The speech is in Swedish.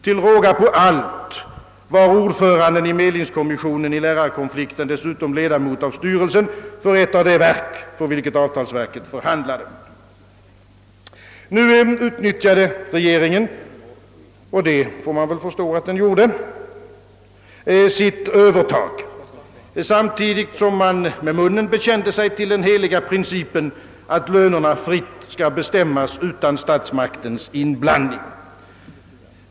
Till råga på allt var ordföranden i medlingskommissionen i lärarkonflikten dessutom ledamot av styrelsen Nu utnyttjade regeringen — och det får man väl förstå att den gjorde — sitt övertag, samtidigt som den med munnen bekände sig till den heliga principen, att lönerna fritt skall bestämmas utan statsmaktens inblandning.